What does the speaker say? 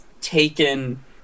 taken